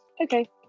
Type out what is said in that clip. Okay